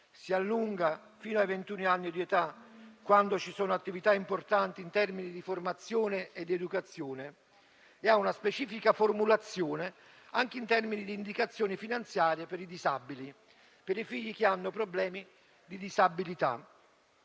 si estende fino ai ventun anni di età, quando ci sono attività importanti in termini di formazione ed educazione, e ha una specifica formulazione anche in termini di indicazioni finanziarie per i disabili e per i figli che hanno problemi di disabilità.